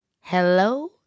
Hello